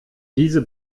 diese